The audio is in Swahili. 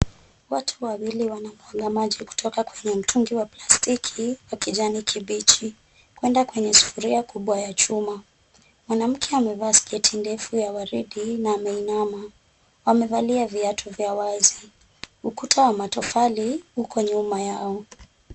Watu wawili wanamwaga maji kutoka kwenye mtungi wa plastiki wa kijani kibichi kwenda kwenye sufuria kubwa ya chuma. Mwanamke amevaa sketi ndefu ya waridi na ameinama. Amevalia viatu vya wazi. Ukuta wa matofali uko nyuma yao.